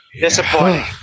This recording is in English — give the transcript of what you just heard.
Disappointing